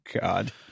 God